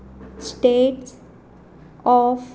states of